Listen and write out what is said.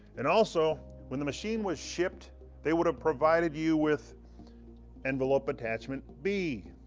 and also when the machine was shipped they would have provided you with envelope attachment b.